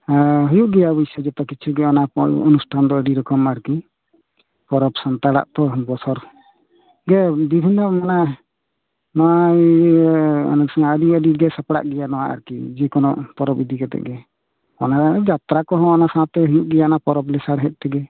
ᱦᱮᱸ ᱦᱩᱭᱩᱜ ᱜᱮᱭᱟ ᱚᱵᱳᱥᱼᱥᱳᱭ ᱡᱚᱛᱚ ᱠᱤᱪᱷᱩ ᱜᱮ ᱚᱱᱟ ᱠᱚ ᱚᱱᱩᱥᱴᱷᱟᱱ ᱫᱚ ᱟᱹᱰᱤ ᱨᱚᱠᱚᱢ ᱟᱨᱠᱤ ᱯᱚᱨᱚᱵᱽ ᱥᱟᱱᱛᱟᱲᱟᱜ ᱛᱚ ᱵᱚᱪᱷᱚᱨ ᱜᱮ ᱵᱤᱦᱷᱤᱱᱱᱚ ᱢᱟᱱᱮ ᱱᱚᱣᱟ ᱟᱹᱰᱤ ᱟᱹᱰᱤ ᱜᱮ ᱥᱟᱯᱲᱟᱜ ᱜᱮᱭᱟ ᱱᱚᱣᱟ ᱟᱨ ᱠᱤ ᱡᱮ ᱠᱚᱱᱚ ᱯᱚᱨᱚᱵᱽ ᱤᱫᱤ ᱠᱟᱛᱮᱫ ᱜᱮ ᱚᱱᱟ ᱡᱟᱛᱨᱟ ᱠᱚᱦᱚᱸ ᱚᱱᱟ ᱥᱟᱶᱛᱮ ᱦᱩᱭᱩᱜ ᱜᱮᱭᱟ ᱚᱱᱟ ᱯᱚᱨᱚᱵᱽ ᱞᱮᱥᱟᱲᱦᱮᱸᱫ ᱛᱮᱜᱮ